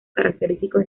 característicos